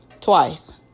Twice